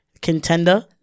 Contender